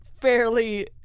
fairly